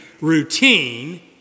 routine